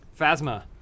Phasma